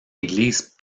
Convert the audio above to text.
église